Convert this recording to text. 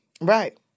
Right